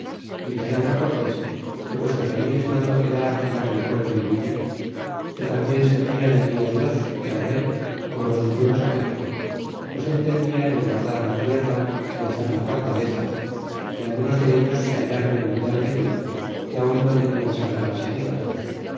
y dixéron cortés que puesto que allí les mandó quedar en aquel puerto y villa que tambien servian allí dios y al rey como los que fuimos méxico pues entendían en guardar la tierra y hacer la fortaleza y algunos dellos se hallron en lo de almería que aun no tenian sanas las heridas